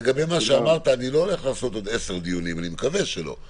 לגבי מה שאמרת אני לא הולך לעשות עוד עשרה דיונים אני מקווה שלא,